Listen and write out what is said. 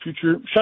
future